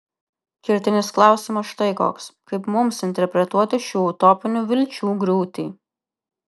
kertinis klausimas štai koks kaip mums interpretuoti šių utopinių vilčių griūtį